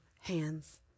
hands